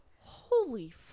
holy